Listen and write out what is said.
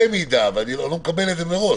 במידה ואני לא מקבל את זה מראש,